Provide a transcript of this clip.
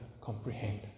comprehend